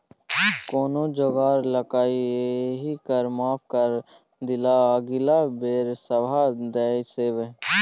कोनो जोगार लगाकए एहि कर माफ करा दिअ अगिला बेर सभ दए देब